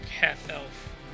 half-elf